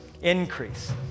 Increase